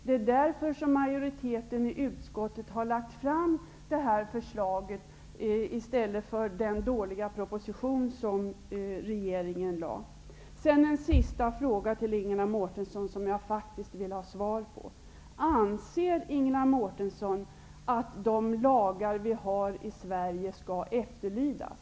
Det är därför som majoriteten i utskottet har lagt fram detta förslag, som ersätter de dåliga förslagen i den proposition som regeringen har lagt fram. Jag vill avsluta med en fråga till Ingela Mårtensson, som jag faktiskt vill ha svar på: Anser Ingela Mårtensson att de lagar som vi har i Sverige skall efterlydas?